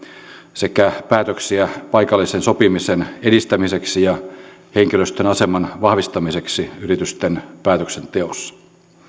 sekä päätöksiä paikallisen sopimisen edistämiseksi ja henkilöstön aseman vahvistamiseksi yritysten päätöksenteossa